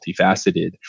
multifaceted